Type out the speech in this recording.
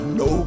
no